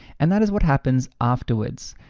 and that is what happens afterwards.